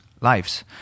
lives